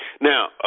Now